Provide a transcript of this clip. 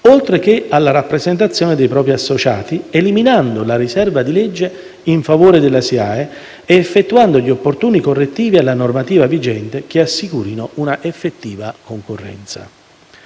oltre che alla rappresentazione dei propri associati, eliminando la riserva di legge in favore della SIAE ed effettuando gli opportuni correttivi alla normativa vigente che assicurino una effettiva concorrenza.